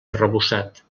arrebossat